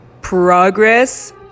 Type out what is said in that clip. progress